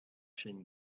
sin